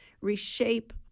reshape